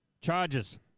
Charges